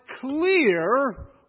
clear